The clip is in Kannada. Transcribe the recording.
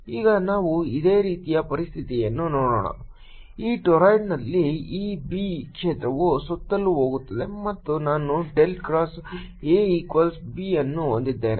ಈಗ ನಾವು ಇದೇ ರೀತಿಯ ಪರಿಸ್ಥಿತಿಯನ್ನು ನೋಡೋಣ ಈ ಟೋರಿಡ್ನಲ್ಲಿ ಈ B ಕ್ಷೇತ್ರವು ಸುತ್ತಲೂ ಹೋಗುತ್ತದೆ ಮತ್ತು ನಾನು del cross A equals B ಅನ್ನು ಹೊಂದಿದ್ದೇನೆ